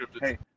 hey